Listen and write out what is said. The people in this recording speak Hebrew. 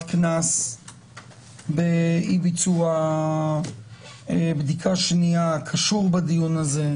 קנס ואי ביצוע בדיקה שנייה קשור בדיון הזה.